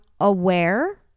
aware